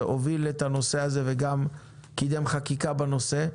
שהוביל את הנושא הזה וגם קידם חקיקה בנושא,